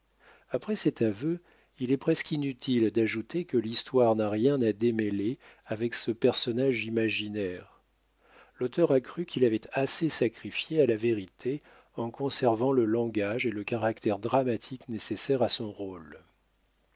après cet aveu il est presque inutile d'ajouter que l'histoire n'a rien à démêler avec ce personnage imaginaire l'auteur a cru qu'il avait assez sacrifié à la vérité en conservant le langage et le caractère dramatique nécessaire à son rôle